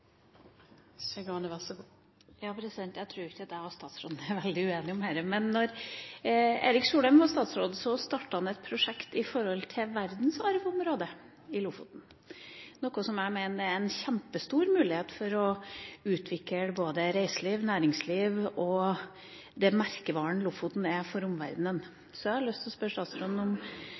Jeg tror ikke at jeg og statsråden er veldig uenige om dette. Men da Erik Solheim var statsråd, startet han et prosjekt om verdensarvområdet i Lofoten, noe jeg mener er en kjempestor mulighet for å utvikle både reiseliv, næringsliv og den merkevaren Lofoten er for omverdenen. Så jeg har lyst til å spørre statsråden hva han tenker om